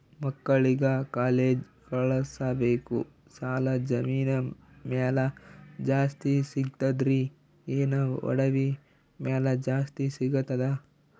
ಮಕ್ಕಳಿಗ ಕಾಲೇಜ್ ಕಳಸಬೇಕು, ಸಾಲ ಜಮೀನ ಮ್ಯಾಲ ಜಾಸ್ತಿ ಸಿಗ್ತದ್ರಿ, ಏನ ಒಡವಿ ಮ್ಯಾಲ ಜಾಸ್ತಿ ಸಿಗತದ?